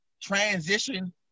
transition